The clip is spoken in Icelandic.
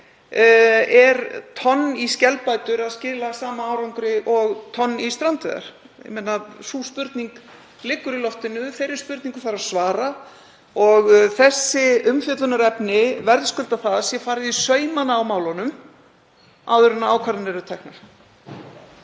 tonn í skelbætur sama árangri og tonn í strandveiðar? Sú spurning liggur í loftinu og þeirri spurningu þarf að svara. Þessi umfjöllunarefni verðskulda það að farið sé í saumana á málunum áður en ákvarðanir eru teknar.